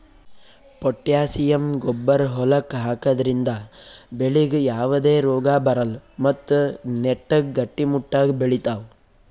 potassium ಗೊಬ್ಬರ್ ಹೊಲಕ್ಕ್ ಹಾಕದ್ರಿಂದ ಬೆಳಿಗ್ ಯಾವದೇ ರೋಗಾ ಬರಲ್ಲ್ ಮತ್ತ್ ನೆಟ್ಟಗ್ ಗಟ್ಟಿಮುಟ್ಟಾಗ್ ಬೆಳಿತಾವ್